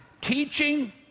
teaching